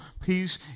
peace